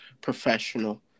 professional